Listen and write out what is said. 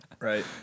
Right